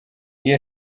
iyo